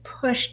pushed